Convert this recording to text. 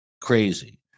Crazy